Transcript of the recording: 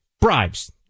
bribes